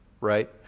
right